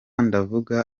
ndavuga